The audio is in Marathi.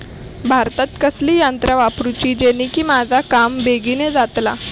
भातात कसली यांत्रा वापरुची जेनेकी माझा काम बेगीन जातला?